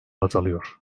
azalıyor